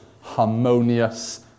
harmonious